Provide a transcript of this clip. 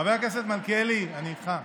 חבר הכנסת מלכיאלי, אני איתך.